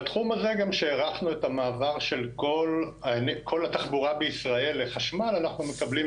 בתחום הזה גם שהערכנו את המעבר של כל התחבורה בישראל לחשמל אנחנו מקבלים